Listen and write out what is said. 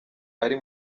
ari